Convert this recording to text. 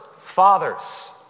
fathers